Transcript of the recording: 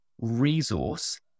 resource